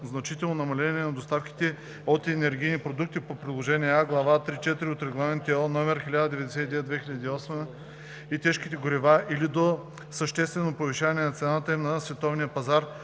значително намаляване на доставките от енергийни продукти по приложение А, глава 3.4 от Регламент (ЕО) № 1099/2008 г. и тежки горива или до съществено повишаване на цената им на световния пазар,